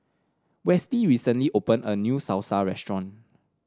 Westley recently opened a new Salsa restaurant